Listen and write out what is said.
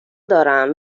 دارم